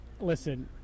listen